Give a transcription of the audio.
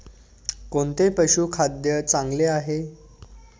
कोणते पशुखाद्य चांगले आहे?